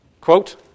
Quote